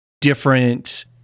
different